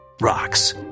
rocks